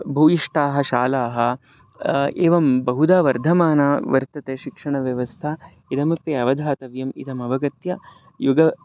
भूयिष्ठाः शालाः एवं बहुधा वर्धमाना वर्तते शिक्षणव्यवस्था इदमपि अवधातव्यम् इदम् अवगत्य युग